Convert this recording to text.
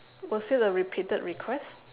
was it a repeated request